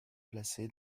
place